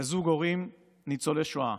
לזוג הורים ניצולי שואה